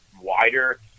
wider